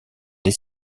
des